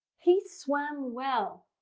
he swam well